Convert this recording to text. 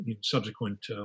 subsequent